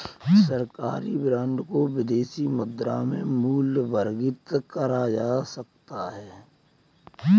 सरकारी बॉन्ड को विदेशी मुद्रा में मूल्यवर्गित करा जा सकता है